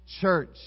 church